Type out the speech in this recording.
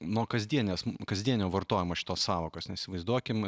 nuo kasdienės kasdienio vartojimo šitos sąvokos nes įsivaizduokim